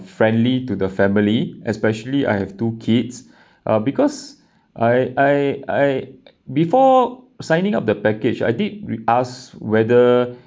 friendly to the family especially I have two kids uh because I I I before signing up the package I did ask whether